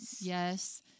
Yes